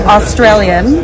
Australian